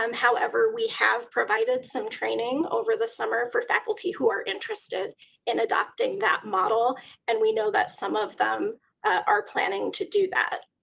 um however, we have provided some training over the summer for faculty who are interested in adopting that model and we know that some of them are planning to do that.